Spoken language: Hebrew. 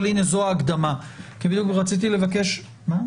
אבל הינה, זו ההקדמה, כי בדיוק רציתי לבקש מה?